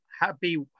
happy